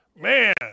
man